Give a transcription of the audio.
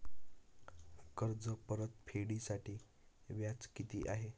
कर्ज परतफेडीसाठी व्याज किती आहे?